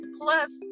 Plus